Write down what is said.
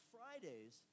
Fridays